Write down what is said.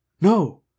No